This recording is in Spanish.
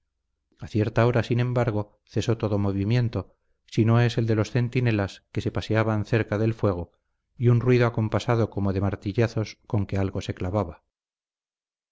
a cierta hora sin embargo cesó todo movimiento si no es el de los centinelas que se paseaban cerca del fuego y un ruido acompasado como de martillazos con que algo se clavaba